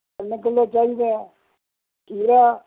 ਤਿੰਨ ਕਿੱਲੋ ਚਾਹੀਦਾ ਖੀਰਾ